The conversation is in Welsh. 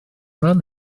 ran